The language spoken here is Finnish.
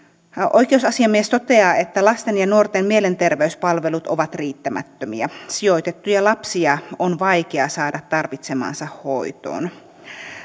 oikeusasiamies toteaa että lasten ja nuorten mielenterveyspalvelut ovat riittämättömiä sijoitettuja lapsia on vaikea saada tarvitsemaansa hoitoon